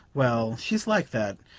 well, she's like that,